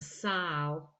sâl